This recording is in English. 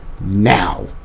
now